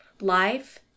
life